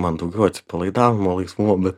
man daugiau atsipalaidavimo laisvumo bet